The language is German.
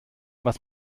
was